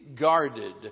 guarded